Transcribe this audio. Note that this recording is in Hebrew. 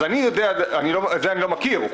אני לא מכיר את זה,